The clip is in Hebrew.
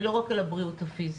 ולא רק על הבריאות הפיזית.